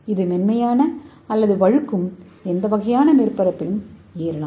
இது மென்மையான அல்லது வழுக்கும் எந்த வகையான மேற்பரப்பிலும் ஏறும்